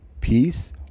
peace